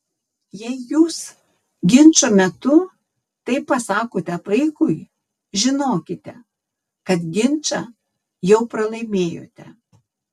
jei jūs ginčo metu taip pasakote vaikui žinokite kad ginčą jau pralaimėjote